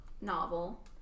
Novel